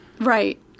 Right